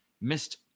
missed